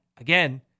again